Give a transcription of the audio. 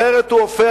אחרת הוא הופך,